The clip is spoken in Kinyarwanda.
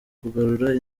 kugarura